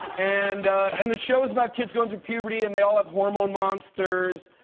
and and the show is about kids going through puberty, and they all have hormone monsters.